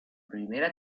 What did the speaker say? primera